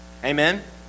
Amen